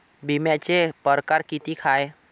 बिम्याचे परकार कितीक हाय?